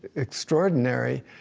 extraordinary